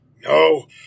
No